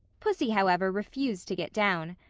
pussy, however, refused to get down.